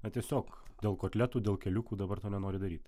na tiesiog dėl kotletų dėl keliukų dabar to nenori daryt